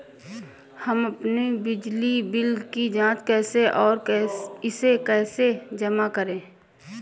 हम अपने बिजली बिल की जाँच कैसे और इसे कैसे जमा करें?